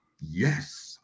yes